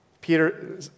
Peter